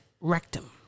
rectum